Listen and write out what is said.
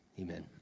amen